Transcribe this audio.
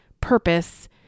purpose